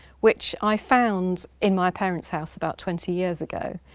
which i found in my parent's house about twenty years ago.